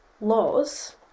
laws